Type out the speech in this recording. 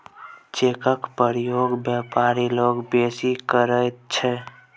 चेकक प्रयोग बेपारी लोक बेसी करैत छै